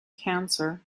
cancer